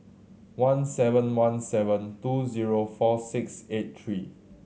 one seven one seven two zero four six eight three